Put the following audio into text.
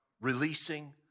Releasing